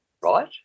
right